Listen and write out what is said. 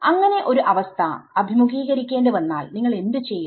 അങ്ങനെ ഒരു അവസ്ഥ അഭിമുഖീകരിക്കേണ്ടി വന്നാൽ നിങ്ങൾ എന്ത് ചെയ്യും